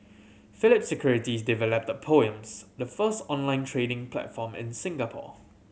Phillip Securities developed Poems the first online trading platform in Singapore